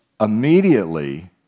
Immediately